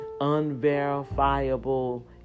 unverifiable